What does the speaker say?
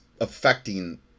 affecting